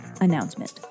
announcement